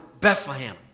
Bethlehem